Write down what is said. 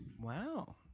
Wow